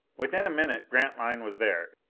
within a minute grantline was there.